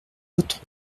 l’autre